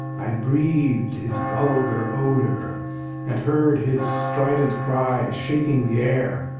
i breathed his vulgar odor and heard his strident cry shaking the air.